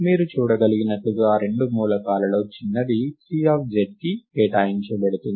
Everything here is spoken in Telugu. మీరు చూడగలిగినట్లుగా రెండు మూలకాలలో చిన్నది Czకి కేటాయించబడుతుంది